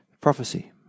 prophecy